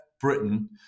Britain